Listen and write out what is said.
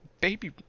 baby